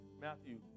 Matthew